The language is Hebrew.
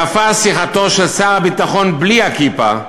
יפה שיחתו של שר הביטחון בלי הכיפה,